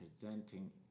presenting